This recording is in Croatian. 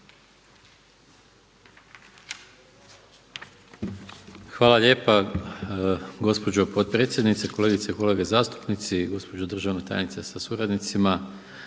Hvala lijepo gospođo potpredsjednice, kolegice i kolege, državna tajnice sa suradnicima.